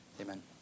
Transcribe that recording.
Amen